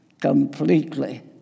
completely